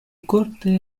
corte